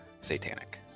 satanic